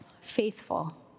faithful